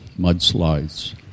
mudslides